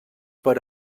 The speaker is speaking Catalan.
per